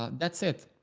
that's it.